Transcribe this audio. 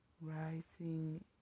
Rising